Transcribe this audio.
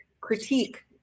critique